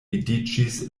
vidiĝis